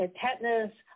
tetanus